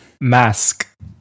Mask